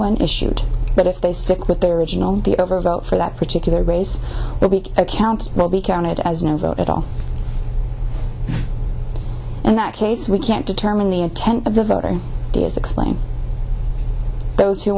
one issued but if they stick with their original the overvote for that particular race account will be counted as no vote at all in that case we can't determine the intent of the voter